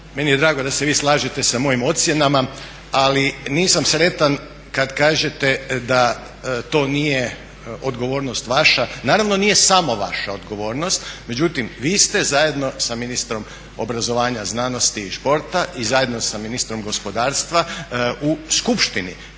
meni je drago da se vi slažete sa mojom ocjenama ali nisam sretan kad kažete da to nije odgovornost vaša. Naravno nije samo vaša odgovornost, međutim vi ste zajedno sa ministrom obrazovanja, znanosti i sporta i zajedno sa ministrom gospodarstva u skupštini